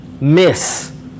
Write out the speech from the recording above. miss